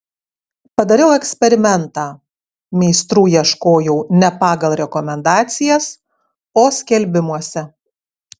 padariau eksperimentą meistrų ieškojau ne pagal rekomendacijas o skelbimuose